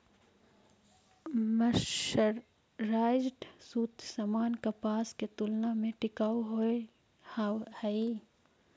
mercerised सूत सामान्य कपास के तुलना में टिकाऊ होवऽ हई